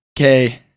Okay